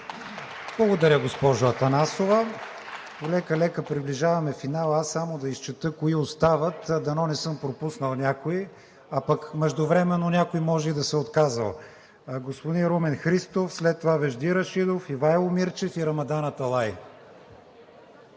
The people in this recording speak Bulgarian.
Благодаря, госпожо Атанасова. Полека-лека приближаваме финала, само да изчета кои остават. Дано не съм пропуснал някого, а пък междувременно някой може и да се е отказал. Господин Румен Христов, след това Вежди Рашидов, Ивайло Мирчев и Рамадан Аталай.